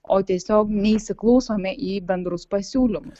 o tiesiog neįsiklausome į bendrus pasiūlymus